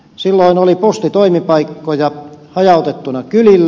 silloin oli postitoimipaikkoja hajautettuina kylille